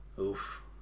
Oof